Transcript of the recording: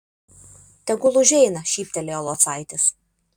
tegul užeina šyptelėjo locaitis